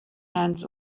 hands